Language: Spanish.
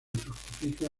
fructifica